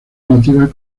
nativas